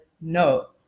No